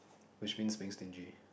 which means being stingy